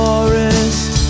Forest